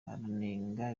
aranenga